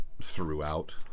throughout